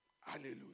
hallelujah